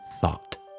thought